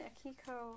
Akiko